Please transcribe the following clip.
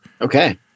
Okay